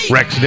Rex